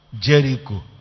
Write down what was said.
jericho